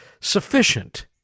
sufficient